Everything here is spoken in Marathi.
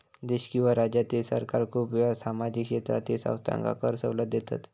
देश किंवा राज्यातील सरकार खूप वेळा सामाजिक क्षेत्रातील संस्थांका कर सवलत देतत